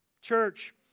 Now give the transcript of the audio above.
church